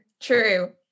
true